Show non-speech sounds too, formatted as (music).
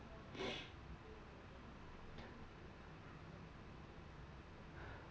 (noise)